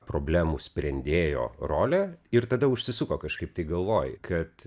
problemų sprendėjo rolė ir tada užsisuko kažkaip tai galvoj kad